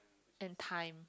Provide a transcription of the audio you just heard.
and time